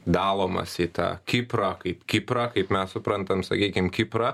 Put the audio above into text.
dalomas į tą kiprą kaip kiprą kaip mes suprantam sakykim kiprą